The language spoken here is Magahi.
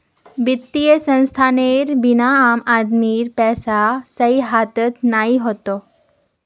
वित्तीय संस्थानेर बिना आम आदमीर पैसा सही हाथत नइ ह तोक